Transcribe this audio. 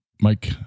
mike